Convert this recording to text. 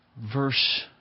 verse